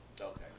Okay